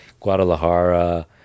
Guadalajara